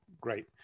Great